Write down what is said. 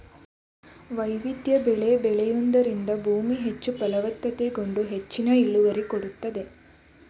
ವೈವಿಧ್ಯ ಬೆಳೆ ಬೆಳೆಯೂದರಿಂದ ಭೂಮಿ ಹೆಚ್ಚು ಫಲವತ್ತತೆಗೊಂಡು ಹೆಚ್ಚಿನ ಇಳುವರಿ ಕೊಡುತ್ತದೆ